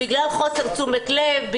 בגלל חוסר תשומת לב,